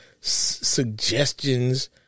suggestions